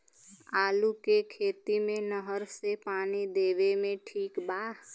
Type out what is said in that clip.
आलू के खेती मे नहर से पानी देवे मे ठीक बा?